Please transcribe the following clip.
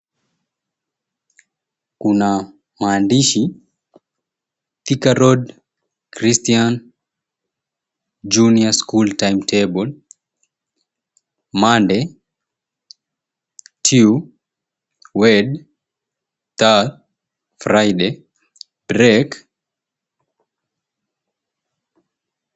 Kuna maandishi, Thika Road Christian Junior School Timetable, Monday, Tue, Wed, Thur, Friday, Break.